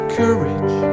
courage